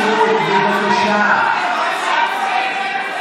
שלוש פעמים.